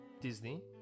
Disney